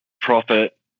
profit